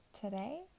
today